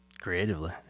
creatively